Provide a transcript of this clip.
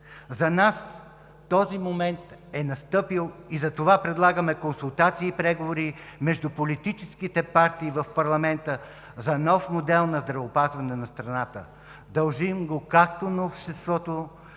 За нас този момент е настъпил и затова предлагаме консултации и преговори между политическите партии в парламента за нов модел на здравеопазване на страната. Дължим го както на обществото,